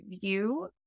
view